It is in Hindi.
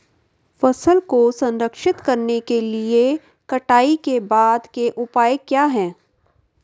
फसल को संरक्षित करने के लिए कटाई के बाद के उपाय क्या हैं?